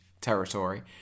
territory